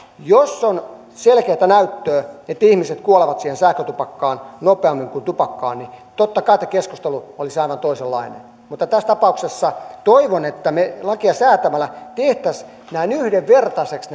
jos on selkeää näyttöä että ihmiset kuolevat sähkötupakkaan nopeammin kuin tupakkaan niin totta kai tämä keskustelu olisi aivan toisenlainen mutta tässä tapauksessa toivon että me lakia säätämällä tekisimme näitten saatavuuden yhdenvertaiseksi